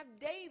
daily